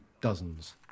dozens